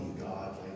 God